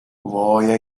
وای